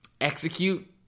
execute